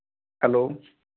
hello